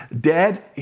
dead